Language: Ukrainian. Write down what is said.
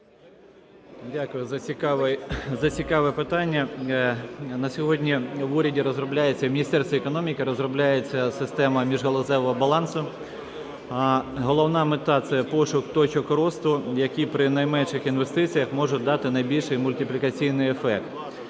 Дякую за цікаве питання. На сьогодні в уряді розробляється, в Міністерстві економіки розробляється система міжгалузевого балансу. Головна мета – це пошук точок росту, які при найменших інвестиціях можуть дати найбільший мультиплікаційний ефект.